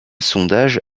sondage